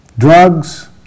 Drugs